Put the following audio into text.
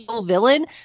villain